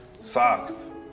socks